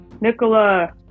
Nicola